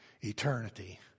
eternity